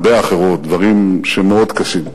הרבה אחרות, דברים שהם מאוד קשים,